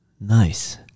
Nice